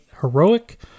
Heroic